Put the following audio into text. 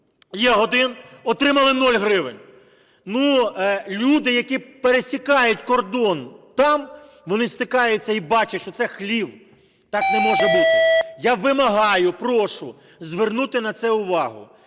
"Ягодин" отримали 0 гривень. Ну, люди, які пересікають кордон там, вони стикаються і бачать, що це хлів, так не може бути. Я вимагаю, прошу звернути на це увагу.